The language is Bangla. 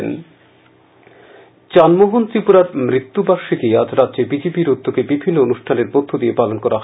B J P Chan Mohan ত্রিপুরার মৃত্যু বার্ষিকী আজ রাজ্যে বি জে পির উদ্যোগে বিভিন্ন অনুষ্ঠানের মধ্য দিয়ে পালন করা হয়